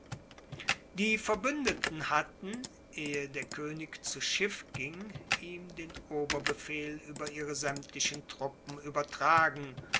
die verbuendeten hatten ehe der koenig zu schiff ging ihm den oberbefehl ueber ihre saemtlichen truppen uebertragen